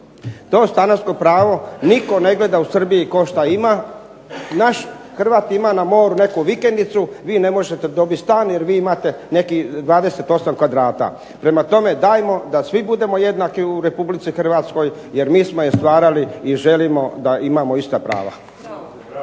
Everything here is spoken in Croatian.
To stanarsko pravo nitko ne gleda u Srbiji tko šta ima. Naš Hrvat ima na moru neku vikendicu vi ne možete dobit stan jer vi imate nekih 28 kvadrata. Prema tome, dajmo da svi budemo jednaki u Republici Hrvatskoj jer mi smo je stvarali i želimo da imamo ista prava.